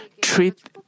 treat